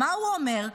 מה הוא אומר,